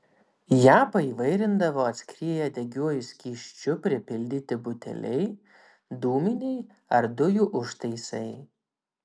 ją paįvairindavo atskrieję degiuoju skysčiu pripildyti buteliai dūminiai ar dujų užtaisai